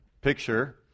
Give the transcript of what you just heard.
picture